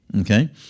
okay